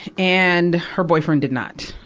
and her boyfriend did not.